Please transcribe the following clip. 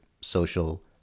social